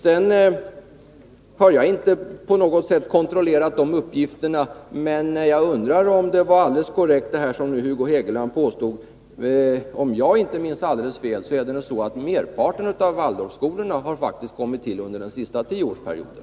Jag har inte på något sätt kontrollerat uppgifterna, men jag undrar om det var alldeles korrekt som Hugo Hegeland påstod. Om jag inte minns alldeles fel, är det väl så att merparten av Waldorfskolorna faktiskt har kommit till under den senaste tioårsperioden.